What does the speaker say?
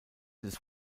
des